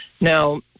Now